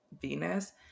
Venus